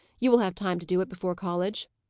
you will have time to do it before college.